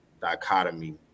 dichotomy